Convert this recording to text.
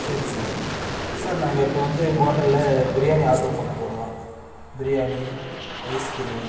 சரி sir sir நாங்கள் இப்போ வந்து உங்கள் ஹோட்டல்ல பிரியாணி ஆர்ட்ரு பண்ணப் போகிறோம் பிரியாணி ஐஸ்கிரீம்